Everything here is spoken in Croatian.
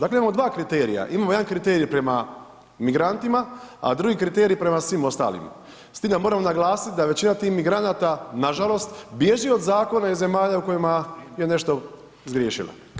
Dakle, imamo dva kriterija, imamo jedan kriterij prema migrantima, a drugi kriterij prema svim ostalim s tim da moram naglasit da većina tih migranata nažalost bježi od zakona iz zemalja u kojima je nešto zgriješila.